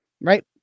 right